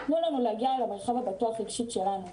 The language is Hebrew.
תנו לנו להגיע למרחב הבטוח-רגשית שלנו.